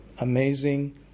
amazing